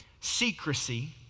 secrecy